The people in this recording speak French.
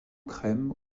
crème